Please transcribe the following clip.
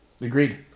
agreed